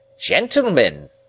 Gentlemen